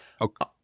Okay